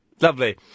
Lovely